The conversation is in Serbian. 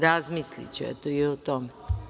Razmisliću, eto, i o tome.